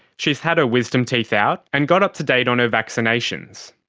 she's had her wisdom teeth out and got up to date on her vaccinations.